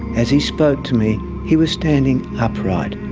as he spoke to me he was standing upright,